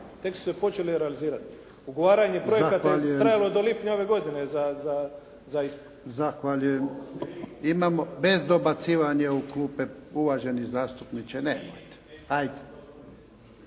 tek su se počeli realizirati. Ugovaranje projekata je trajalo do lipnja ove godine za ISP-u. **Jarnjak, Ivan (HDZ)** Zahvaljujem. Imamo, bez dobacivanje u klupe! Uvaženi zastupniče nemojte. Hajde,